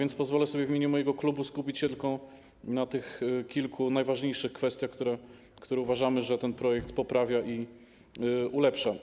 A zatem pozwolę sobie w imieniu mojego klubu skupić się tylko na tych kilku najważniejszych kwestiach, które, jak uważamy, ten projekt poprawia i ulepsza.